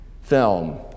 film